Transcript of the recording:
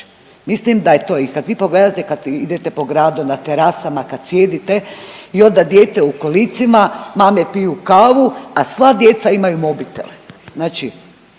Mislim da je to i kad vi pogledate kad idete po gradu, na terasama kad sjedite i onda dijete u kolicima, mame piju kavu, a sva djeca imaju mobitele,